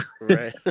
right